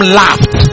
laughed